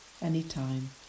anytime